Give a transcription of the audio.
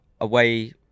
away